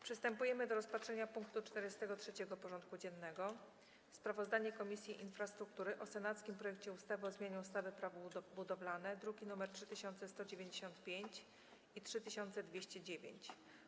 Przystępujemy do rozpatrzenia punktu 43. porządku dziennego: Sprawozdanie Komisji Infrastruktury o senackim projekcie ustawy o zmianie ustawy Prawo budowlane (druki nr 3195 i 3209)